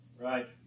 Right